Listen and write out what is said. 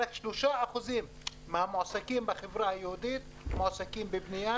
רק 3% מהמועסקים בחברה היהודית מועסקים בבנייה,